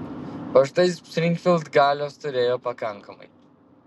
o štai springfild galios turėjo pakankamai